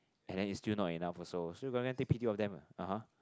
and then is still not enough also so you gonna take pity of them ah (uh huh)